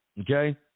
okay